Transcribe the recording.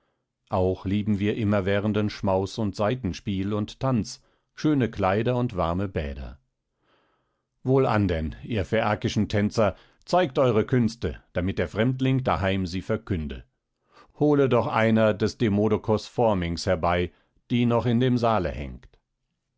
auch lieben wir immerwährenden schmaus und saitenspiel und tanz schöne kleider und warme bäder wohlan denn ihr phäakischen tänzer zeigt eure künste damit der fremdling daheim sie verkünde hole doch einer des demodokos phorminx herbei die noch in dem saale hängt